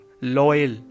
loyal